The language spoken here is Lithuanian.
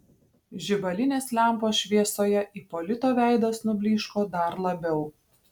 žibalinės lempos šviesoje ipolito veidas nublyško dar labiau